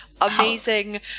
amazing